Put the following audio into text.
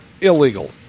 illegal